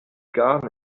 gar